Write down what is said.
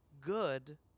good